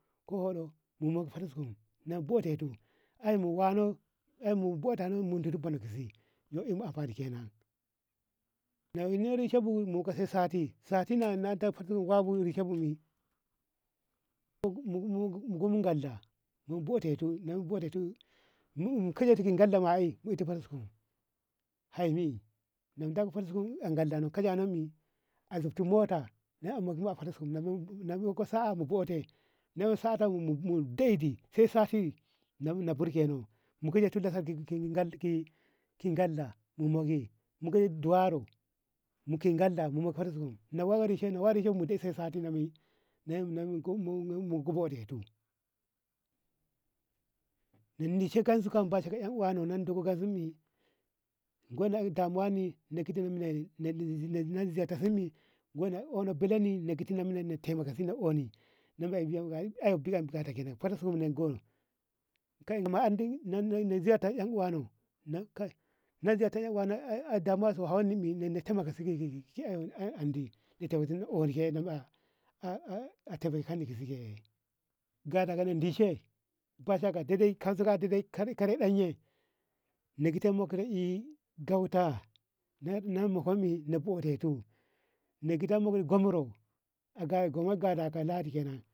kon mu hudu mu dan potiskum mu bodeto ae mu wanoae mu batetu mu damu bono ka ise ka buɗi kenan na iko reshe bo ko sai sati na potiskum ko reshebo mi gomu ngalda mu butetu mu batetu mu kaleti ngalda ma ae mu ey ti potiskum hai mi da potiskum a ngalda na ka ey no mi na zumtu mota na mokmo a potiskum na aeko sa'a na baute na daidi sai sati na burgeno ki ngalda mu moye ki duwaro muke ngalda muke potiskum na wur dishenu na wur dishebu mu dai na sai sati na maiyi na inko gode na dishe ka yan uwani na damuwani da kaji na zeta sunni on no belle ni na taimakasi ne onni ae biyan bukata kenan potiskum nengo ko inne no na andi ziyarta ma yan uwano na kan damuwasu na ey anɗi gadaka la indishi ye ba shakka daidai kazira daidai karaikarai ɗaye na gida mok no gauta na muko no na goje tu gida na in gwaro a ga gwama gadaka ladi kenan.